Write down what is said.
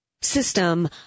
system